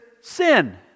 sin